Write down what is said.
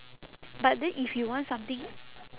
but then if you want something